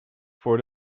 voor